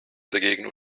dagegen